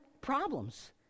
problems